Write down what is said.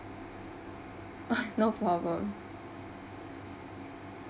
no problem